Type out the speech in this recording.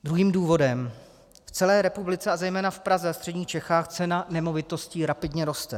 Druhým důvodem, v celé republice a zejména v Praze a středních Čechách cena nemovitostí rapidně roste.